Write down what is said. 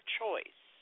choice